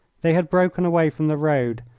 they had broken away from the road,